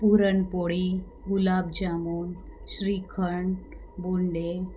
puran poli gulab jamun shrikhand Bonde